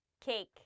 Cake